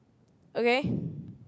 okay